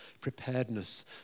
preparedness